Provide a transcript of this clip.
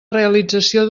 realització